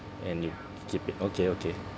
and you keep it okay okay